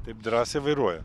taip drąsiai vairuoja